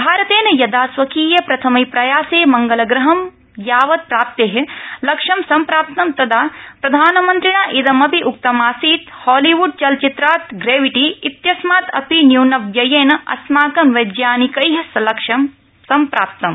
भारतेन यदा स्वकीये प्रथमे प्रयासे मंगलग्रहं यावत् प्राप्ते लक्ष्यं सम्प्राप्तं तदा प्रधानमन्त्रिणा इदमपि उक्तमासीत् हॉलीव्डचलचित्रात् ग्रब्रिटी इत्यस्यात् अपि न्यूनव्ययेन अस्माकं वैज्ञानिकै लक्ष्यं सम्प्राप्तं